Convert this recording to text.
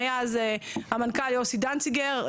היה אז המנכ"ל יוסי דנציגר,